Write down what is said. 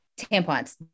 tampons